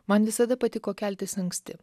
man visada patiko keltis anksti